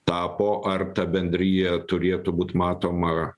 tapo ar ta bendrija turėtų būt matoma